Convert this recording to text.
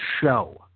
show